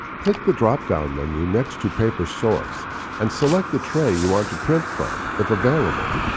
click the drop-down menu next to paper source and select the tray you want to print from, if available.